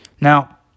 Now